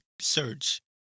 search